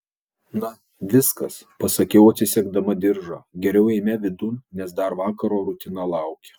na viskas pasakiau atsisegdama diržą geriau eime vidun nes dar vakaro rutina laukia